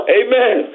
amen